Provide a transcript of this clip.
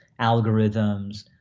algorithms